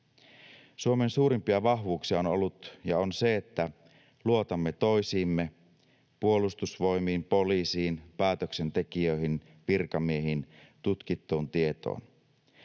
Suomen suurimpia vahvuuksia on ollut ja on se, että luotamme toisiimme: Puolustusvoimiin, poliisiin, päätöksentekijöihin, virkamiehiin, tutkittuun tietoon.